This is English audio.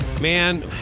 Man